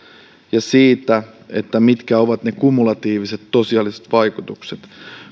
ja siitä mitkä ovat ne tosiasialliset kumulatiiviset vaikutukset